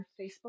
Facebook